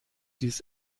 dies